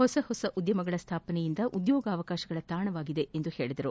ಹೊಸ ಹೊಸ ಉದ್ಯಮಗಳ ಸ್ಥಾಪನೆಯಿಂದ ಉದ್ಯೋಗಾವಕಾಶಗಳ ತಾಣವಾಗಿದೆ ಎಂದರು